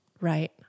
Right